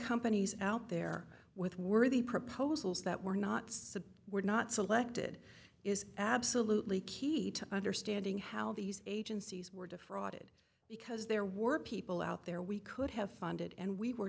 companies out there with worthy proposals that were not said were not selected is absolutely key to understanding how these agencies were defrauded because there were people out there we could have funded and we were